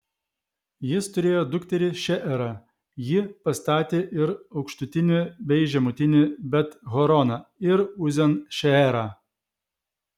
jis turėjo dukterį šeerą ji pastatė ir aukštutinį bei žemutinį bet horoną ir uzen šeerą